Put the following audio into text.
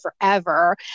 forever